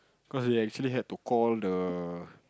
cause we actually have to call the